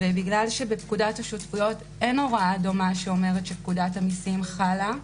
וכיוון שבפקודת המיסים אין הוראה דומה שאומרת שפקודת המיסים חלה,